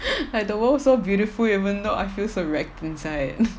like the world so beautiful even though I feel so wrecked inside